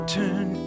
turn